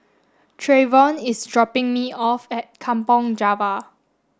Treyvon is dropping me off at Kampong Java